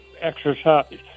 exercise